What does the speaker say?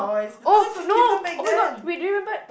oh no oh-my-god wait do you remember